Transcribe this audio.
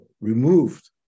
removed